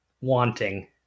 wanting